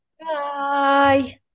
Bye